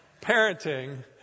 Parenting